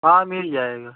हाँ मिल जाएगा